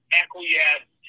acquiesce